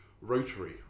rotary